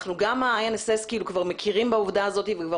גם ה-NSF מכירים בעובדה הזאת וכבר